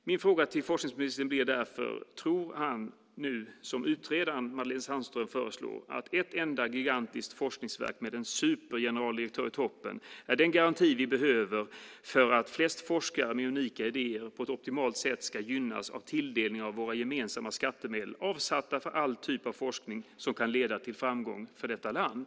Min fråga till forskningsministern blir därför: Tror han nu, som utredaren Madelene Sandström föreslår, att ett enda gigantiskt forskningsverk med en supergeneraldirektör i toppen är den garanti vi behöver för att flest forskare med unika idéer på ett optimalt sätt ska gynnas av tilldelningen av våra gemensamma skattemedel, avsatta för all typ av forskning som kan leda till framgång för detta land?